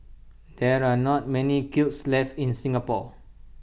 there are not many kilns left in Singapore